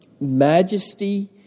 majesty